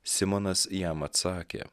simonas jam atsakė